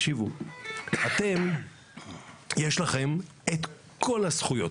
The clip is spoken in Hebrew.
יש לכם את כל הזכויות,